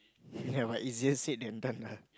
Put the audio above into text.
but easier said than done lah